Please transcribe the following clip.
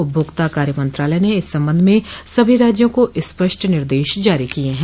उपभोक्ता कार्य मंत्रालय ने इस संबंध में सभी राज्यों को स्पष्ट निर्देश जारी किए हैं